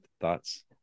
thoughts